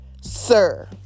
Sir